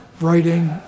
writing